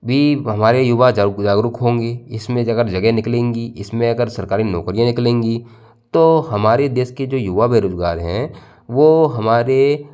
भी हमारे युवा जागरूक होंगी इसमें जगह निकलेंगी इसमें अगर सरकारी नौकरियाँ निकलेंगी तो हमारे देश के जो युवा बेरोजगार हैं वो हमारे